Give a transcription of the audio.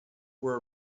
were